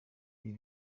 ibi